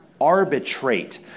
Arbitrate